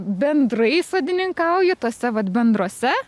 bendrai sodininkauju tose vat bendrose